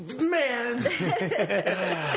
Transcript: man